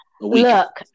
Look